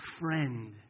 Friend